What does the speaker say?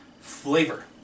Flavor